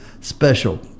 special